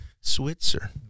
Switzer